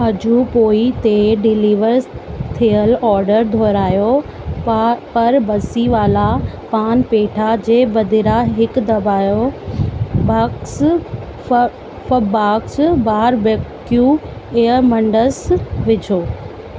अॼु पोइ ते डिलीवर थियल ऑडर दुहिरायो प पर बंसीवाला पान पेठा जे बदिरां हिकु दबायो बक्स फ़ फबक्स बारबेक्यू एमंडस विझो